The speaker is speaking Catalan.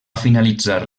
finalitzar